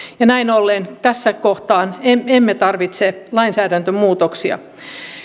ja näin ollen tässä kohtaa emme tarvitse lainsäädäntömuutoksia